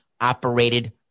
operated